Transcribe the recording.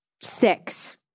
Six